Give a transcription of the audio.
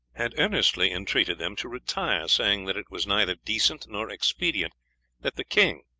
had earnestly entreated them to retire, saying that it was neither decent nor expedient that the king,